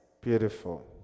Beautiful